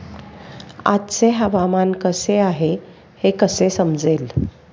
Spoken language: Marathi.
आजचे हवामान कसे आहे हे कसे समजेल?